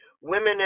women